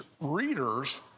readers